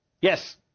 Yes